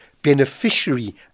Beneficiary